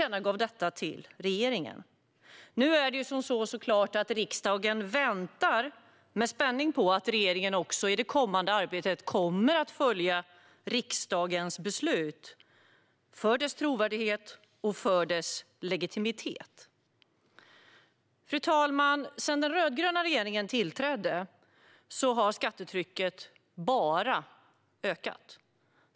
Nu väntar riksdagen med spänning på att regeringen, för dess trovärdighet och legitimitet, i det kommande arbetet ska följa riksdagens tillkännagivande. Riksrevisionens rapport om reger-ingens skatteutgifts-redovisning Fru talman! Sedan den rödgröna regeringen tillträdde har skattetrycket bara ökat.